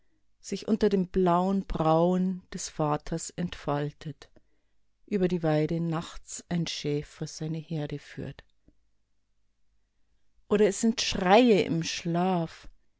sich unter den blauen brauen des vaters entfaltet über die weide nachts ein schäfer seine herde führt oder es sind schreie im schlaf